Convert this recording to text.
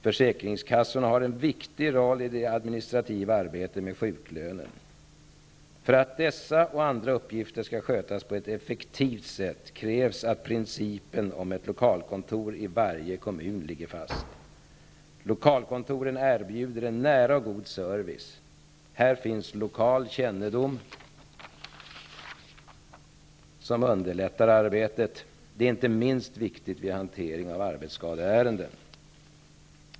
Försäkringskassorna har en viktig roll i det administrativa arbetet med sjuklönen. För att denna uppgift och andra skall skötas på ett effektivt sätt, krävs det att principen om ett lokalkontor i varje kommun ligger fast. Lokalkontoren erbjuder en nära och god service. Här finns lokal kännedom som underlättar arbetet, vilket inte är minst viktigt vid hantering av arbetsskadeärenden.